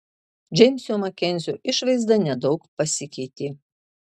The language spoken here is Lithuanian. džeimso makenzio išvaizda nedaug pasikeitė